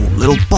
little